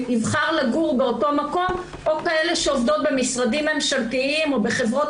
שיבחר לגור באותו מקום או כאלה שעובדות במשרדים ממשלתיים או בחברות